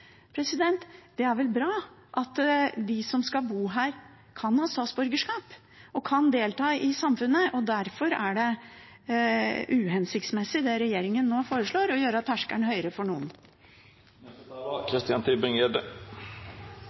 Det er vel bra at de som skal bo her, kan ha statsborgerskap og delta i samfunnet. Derfor er det uhensiktsmessig, det regjeringen nå foreslår: å gjøre terskelen høyere for noen.